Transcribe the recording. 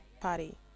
party